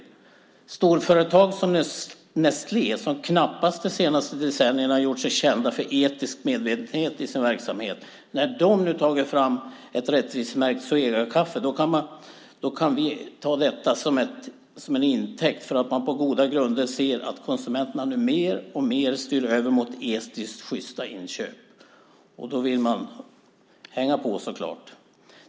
Ett storföretag som Nestlé har de senaste decennierna knappast gjort sig känt för etisk medvetenhet i sin verksamhet, men när de nu har tagit fram ett rättvisemärkt Zoegakaffe kan vi ta detta till intäkt för att man på goda grunder ser att konsumenterna nu mer och mer styr över mot etiskt sjysta inköp. Då vill man så klart hänga på.